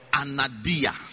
anadia